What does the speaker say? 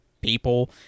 people